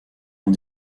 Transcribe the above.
ont